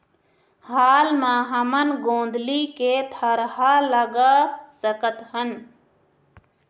हाल मा हमन गोंदली के थरहा लगा सकतहन?